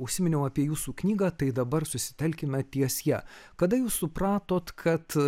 užsiminiau apie jūsų knygą tai dabar susitelkime ties ja kada jūs supratot kad